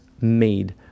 made